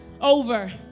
over